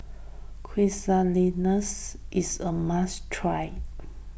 Quesadillas is a must try